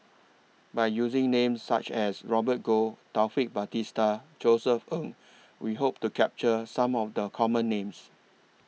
By using Names such as Robert Goh Taufik Batisah Josef Ng We Hope to capture Some of The Common Names